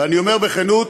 ואני אומר בכנות: